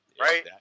Right